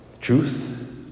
Truth